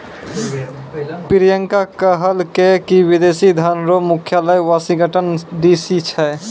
प्रियंका कहलकै की विदेशी धन रो मुख्यालय वाशिंगटन डी.सी छै